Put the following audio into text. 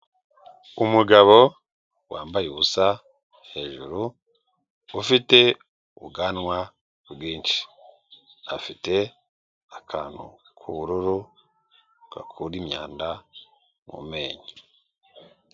Umugabo wambaye ubusa hejuru, ufite ubwanwa bwinshi, afite akantu k'ubururu gakura imyanda mu menyo.